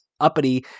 uppity